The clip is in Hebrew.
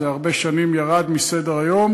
זה הרבה שנים ירד מסדר-היום.